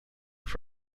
race